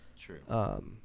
True